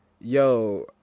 yo